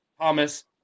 Thomas